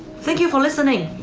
thank you for listening,